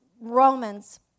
Romans